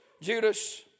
Judas